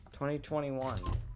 2021